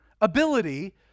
ability